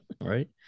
Right